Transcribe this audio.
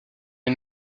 une